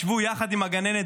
ישבו יחד עם הגננת